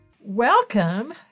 Welcome